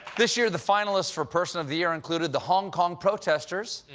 this year, the finalists for person of the year included the hong kong protesters,